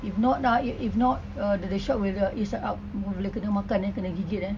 if not ah if if not uh the the shark will eat us up boleh kena makan eh kena gigit eh